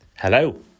Hello